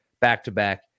back-to-back